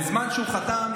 בזמן שהוא חתם,